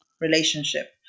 relationship